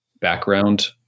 background